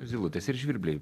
zylutės ir žvirbliai